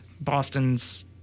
Boston's